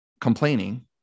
complaining